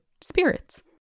SPIRITS